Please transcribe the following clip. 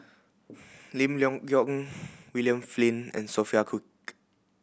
Lim Leong Geok William Flint and Sophia Cooke